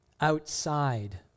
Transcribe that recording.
outside